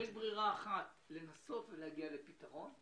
ברירה אחת היא לנסות להגיע לפתרון.